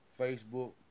Facebook